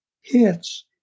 hits